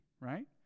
right